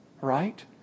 Right